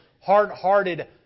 hard-hearted